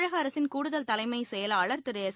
தமிழகஅரசின் கூடுதல் தலைமைச் செயலாளர் திருஎஸ்